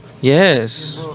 Yes